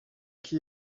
qui